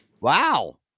Wow